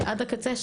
עד הקצה,